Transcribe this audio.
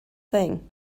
thing